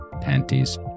Panties